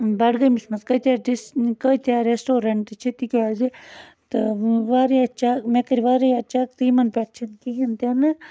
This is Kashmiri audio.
بڈگٲمِس منٛز کٲتیٛاہ ڈِس کۭتیٛاہ رٮ۪سٹورنٛٹ چھِ تِکیٛازِ تہٕ واریاہ چا مےٚ کٔرۍ واریاہ چَک تہٕ یِمَن پٮ۪ٹھ چھِنہٕ کِہیٖنۍ تہِ نہٕ